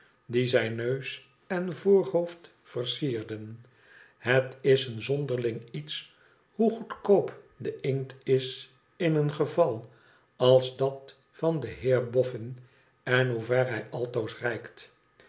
die ajn neus en voorhoofd versierden het ia een zonderling iets hoe goedkoop de inkt is in een geval als dat van den heer boffin en hoe ver hij altoos reikt